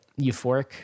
euphoric